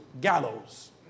gallows